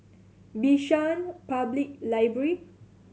Bishan Public Library